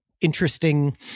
interesting